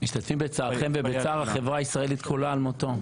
משתתפים בצערכם ובצער החברה הישראלית כולה על מותו.